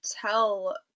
tell